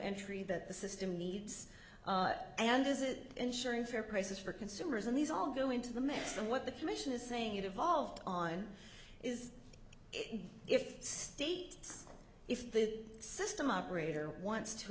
entry that the system needs and is it ensuring fair prices for consumers and these all go into the mix and what the commission is saying it evolved on is if state if the system operator wants to